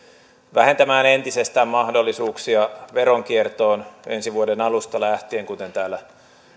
vähentämään entisestään mahdollisuuksia veronkiertoon ensi vuoden alusta lähtien kuten täällä